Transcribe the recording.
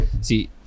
see